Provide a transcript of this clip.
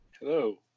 hello